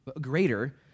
greater